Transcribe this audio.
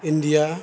India